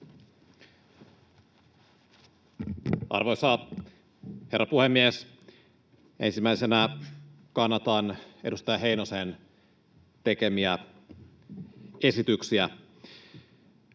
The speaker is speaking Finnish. Arvoisa herra puhemies! Ensimmäisenä kannatan edustaja Heinosen tekemiä esityksiä.